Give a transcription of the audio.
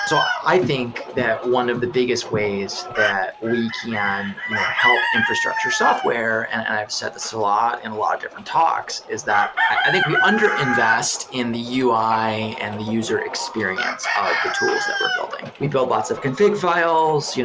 so i think that one of the biggest ways that we can you know help infrastructure software, and and i've said this a lot in a lot of different talks, is that i think we underinvest in the ui and the user experience of the tools that we're building. we build lots of config files. you know